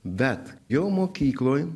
bet jau mokykloj